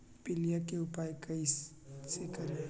पीलिया के उपाय कई से करी?